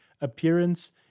appearance